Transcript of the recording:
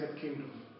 Kingdom